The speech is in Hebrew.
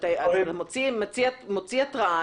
אתה מוציא התרעה,